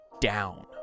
down